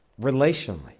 relationally